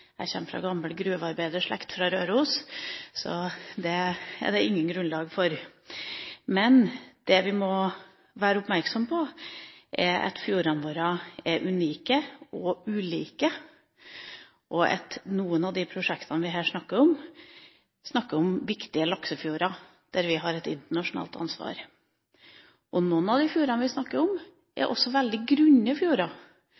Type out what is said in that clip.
jeg kommer fra en gammel gruvearbeiderslekt på Røros, så det er det intet grunnlag for. Det vi må være oppmerksomme på, er at fjordene våre er unike og ulike, og at noen av de prosjektene vi her snakker om, er viktige laksefjorder, der vi har et internasjonalt ansvar. Noen av de fjordene vi snakker om,